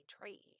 tree